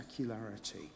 spectacularity